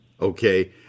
Okay